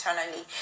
eternally